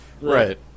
Right